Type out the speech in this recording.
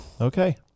Okay